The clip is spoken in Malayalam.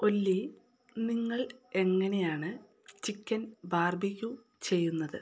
ഒല്ലി നിങ്ങൾ എങ്ങനെയാണ് ചിക്കൻ ബാർബിക്യൂ ചെയ്യുന്നത്